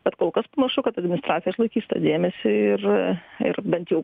bet kol kas panašu kad administracija išlaikys tą dėmesį ir ir bent jau